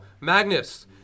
Magnus